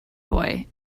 boy